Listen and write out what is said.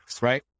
right